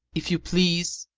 if you please,